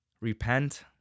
Repent